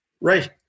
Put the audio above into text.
right